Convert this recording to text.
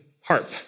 harp